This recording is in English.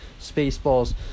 Spaceballs